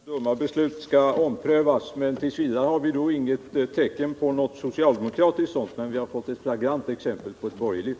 Herr talman! Det är klart att dumma beslut skall omprövas, ment. v. har vi inte något tecken på något socialdemokratiskt sådant. Däremot har vi fått ett flagrant exempel på ett borgerligt.